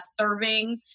serving